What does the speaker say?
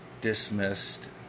dismissed